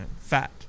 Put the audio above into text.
Fat